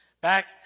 Back